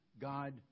God